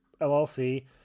llc